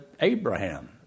Abraham